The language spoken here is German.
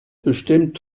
bestimmt